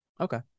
Okay